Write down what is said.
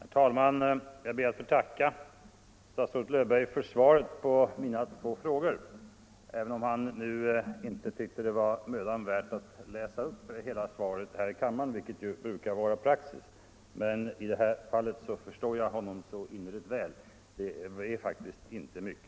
Mitt iklR ra ls hintgtir tÅ Herr talman! Jag ber att få tacka statsrådet Löfberg för svaret på mina — Om omplaceringen två frågor, även om han nu inte tyckte att det var mödan värt att läsa — av statsanställd som upp hela svaret här i kammaren vilket brukar vara praxis. Tyckte han = ej önskar medfölja inte att det var mycket att läsa upp, förstår jag honom innerligt väl.